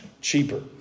cheaper